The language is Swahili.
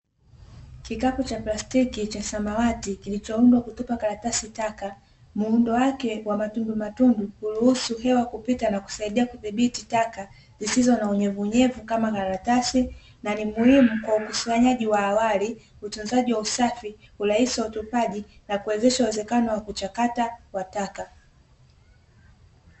Kikapu cha plastiki cha samawati, kilichoundwa kutupa karatasi taka, muundo wake wa matundumatundu huruhusu hewa kupita na kusaidia kudhibiti taka zisizo na unyevuunyevu kama karatasi, na ni muhimu kwa ukusanyaji wa awali, utunzaji wa usafi, urahisi wa utupaji, na kuwezesha uwezekano wa kuchakata kwa taka.